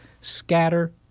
Scatter